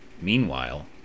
Meanwhile